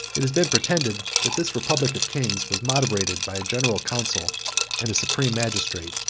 it has been pretended, that this republic of kings was moderated by a general council and a supreme magistrate.